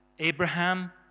Abraham